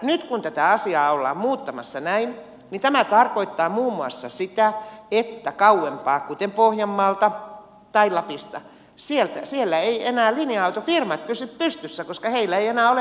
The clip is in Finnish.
nyt kun tätä asiaa ollaan muuttamassa näin niin tämä tarkoittaa muun muassa sitä että kauempana kuten pohjanmaalla tai lapissa eivät enää linja autofirmat pysy pystyssä koska heillä ei enää ole viron matkailua